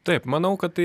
taip manau kad tai